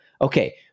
Okay